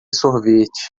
sorvete